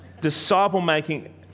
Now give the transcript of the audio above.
Disciple-making